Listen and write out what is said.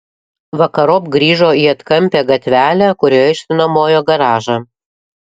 vakarop grįžo į atkampią gatvelę kurioje išsinuomojo garažą